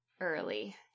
early